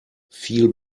viel